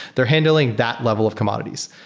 they're handling that level of commodities.